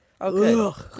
Okay